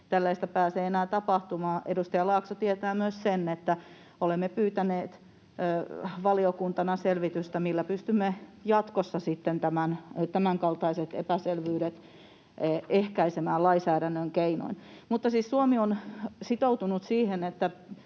tällaista pääse enää tapahtumaan. Edustaja Laakso tietää myös sen, että olemme valiokuntana pyytäneet selvitystä, millä pystymme jatkossa sitten tämänkaltaiset epäselvyydet ehkäisemään lainsäädännön keinoin. Mutta Suomi on siis sitoutunut siihen, että